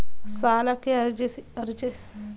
ಸಾಲಕ್ಕೆ ಅರ್ಜಿ ಸಲ್ಲಿಸುವಾಗ ನೀಡಲು ಉತ್ತಮ ಕಾರಣ ಯಾವುದು?